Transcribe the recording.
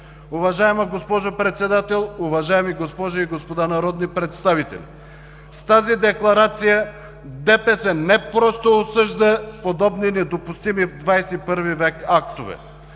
Уважаема госпожо Председател, уважаеми госпожи и господа народни представители! С тази Декларация ДПС не просто осъжда подобни недопустими в XXI в. актове.